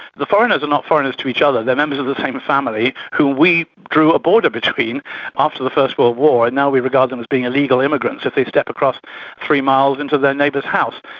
the foreigners are not foreigners to each other, they're members of the same family who we drew a border between after the first world war, and now we regard them as being illegal immigrants if they step across three miles into their neighbour's house.